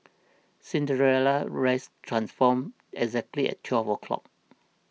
Cinderella's rest transformed exactly at twelve o'clock